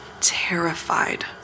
terrified